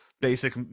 basic